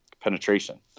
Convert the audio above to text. penetration